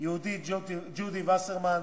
יהודית-ג'ודי וסרמן,